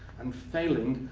and failing,